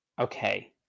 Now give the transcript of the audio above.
Okay